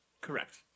Correct